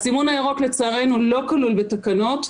הסימון הירוק לצערנו לא כלול בתקנות,